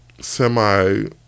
semi-